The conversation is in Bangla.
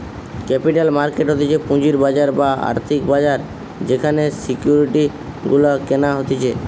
ক্যাপিটাল মার্কেট হতিছে পুঁজির বাজার বা আর্থিক বাজার যেখানে সিকিউরিটি গুলা কেনা হতিছে